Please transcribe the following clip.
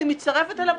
ואני מצטרפת אליו,